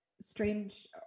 strange